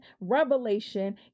revelation